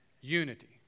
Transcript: unity